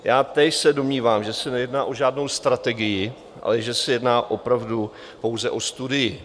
Já se domnívám, že se nejedná o žádnou strategii, ale že se jedná opravdu pouze o studii.